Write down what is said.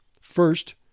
First